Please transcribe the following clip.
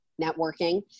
networking